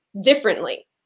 differently